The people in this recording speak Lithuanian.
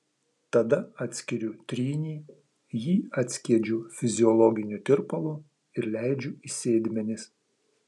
tada atskiriu trynį jį atskiedžiu fiziologiniu tirpalu ir leidžiu į sėdmenis